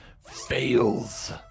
fails